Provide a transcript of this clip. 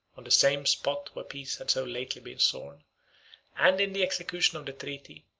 on the same spot where peace had so lately been sworn and, in the execution of the treaty,